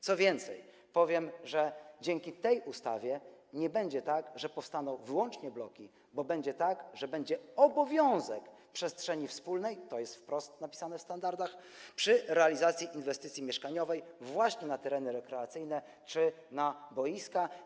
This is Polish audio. Co więcej, powiem, że dzięki tej ustawie nie będzie tak, że powstaną wyłącznie bloki, bo będzie tak, że będzie obowiązek przestrzeni wspólnej - to jest wprost napisane w standardach - przy realizacji inwestycji mieszkaniowej właśnie będzie miejsce na tereny rekreacyjne czy na boiska.